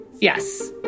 Yes